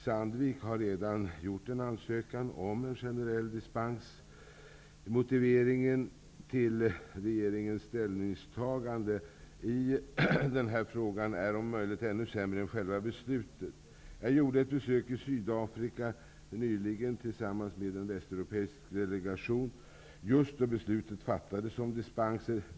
Sandvik har redan gjort en ansökan om en generell dispens. Motiveringen till regeringens ställningstagande i denna fråga är om möjligt ännu sämre än själva beslutet. Jag gjorde nyligen, tillsammans med en västeuropeisk delegation, ett besök i Sydafrika, just då beslutet om dispenser fattades.